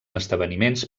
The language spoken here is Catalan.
esdeveniments